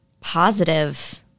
positive